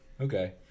Okay